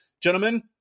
Gentlemen